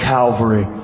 Calvary